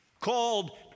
called